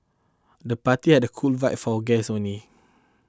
the party had a cool why for guests only